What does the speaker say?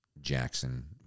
Jackson